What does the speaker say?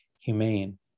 humane